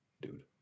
dude